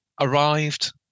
Arrived